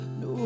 no